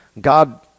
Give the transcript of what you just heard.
God